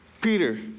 Peter